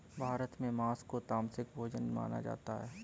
भारत में माँस को तामसिक भोजन माना जाता है